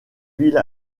ville